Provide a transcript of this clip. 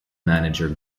manager